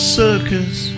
circus